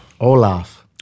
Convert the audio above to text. Olaf